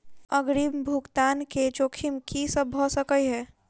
अग्रिम भुगतान केँ जोखिम की सब भऽ सकै हय?